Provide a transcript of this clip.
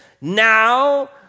now